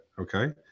okay